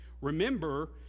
remember